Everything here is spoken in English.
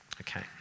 okay